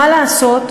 מה לעשות,